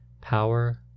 Power